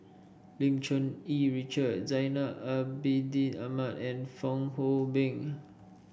Lim Cherng Yih Richard Zainal Abidin Ahmad and Fong Hoe Beng